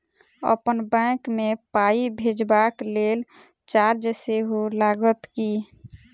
अप्पन बैंक मे पाई भेजबाक लेल चार्ज सेहो लागत की?